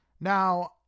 Now